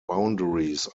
boundaries